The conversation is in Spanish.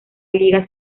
liga